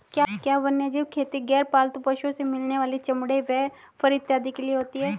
क्या वन्यजीव खेती गैर पालतू पशुओं से मिलने वाले चमड़े व फर इत्यादि के लिए होती हैं?